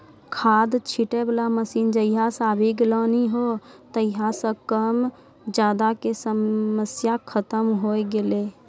खाद छीटै वाला मशीन जहिया सॅ आबी गेलै नी हो तहिया सॅ कम ज्यादा के समस्या खतम होय गेलै